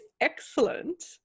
excellent